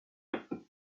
zélande